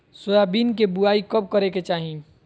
Soybean के बुआई कब करे के चाहि?